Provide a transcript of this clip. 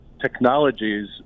technologies